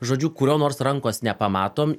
žodžiu kurio nors rankos nepamatom